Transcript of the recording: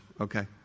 Okay